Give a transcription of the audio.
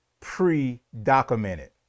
pre-documented